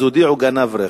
אז הודיעו: גנב רכב.